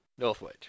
Northwich